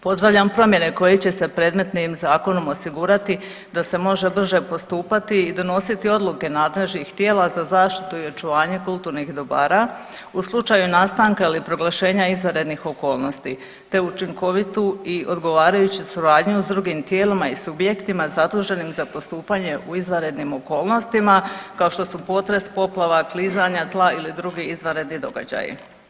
Pozdravljam promjene koje će se predmetnim zakonom osigurati da se može brže postupati i donositi odluke nadležnih tijela za zaštitu i očuvanje kulturnih dobara u slučaju nastanka ili proglašenja izvanrednih okolnosti te učinkovitu i odgovarajuću suradnju s drugim tijelima i subjektima zaduženim za postupanje u izvanrednim okolnostima kao što su potres, poplava, klizanja tla ili drugi izvanredni događaji.